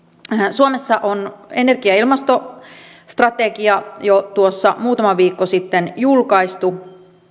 suomessa on energia ja ilmastostrategia jo tuossa muutama viikko sitten julkaistu